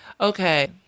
Okay